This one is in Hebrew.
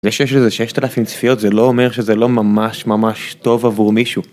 זה שיש לזה ששת אלפים צפיות, זה לא אומר שזה לא ממש-ממש טוב עבור מישהו.